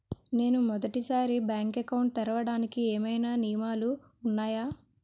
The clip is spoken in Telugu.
నేను మొదటి సారి బ్యాంక్ అకౌంట్ తెరవడానికి ఏమైనా నియమాలు వున్నాయా?